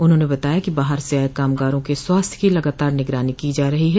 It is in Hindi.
उन्होंने बताया कि बाहर से आये कामगारों के स्वास्थ्य की लगातार निगरानी की जा रही है